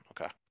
Okay